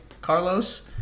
Carlos